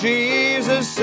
Jesus